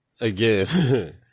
Again